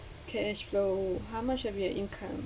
cash flow how much of your income